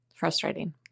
Frustrating